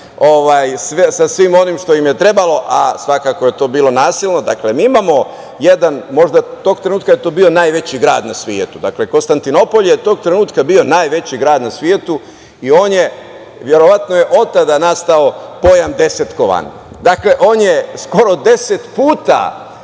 sa svim onim što im je trebalo, a svakako je to bilo nasilno. Dakle, mi imamo jedan, možda je tog trenutka to bio najveći grad na svetu. Konstantinopolj je tog trenutka bio najveći grad na svetu i verovatno je od tada nastao pojam – desetkovan. Dakle, on je skoro deset puta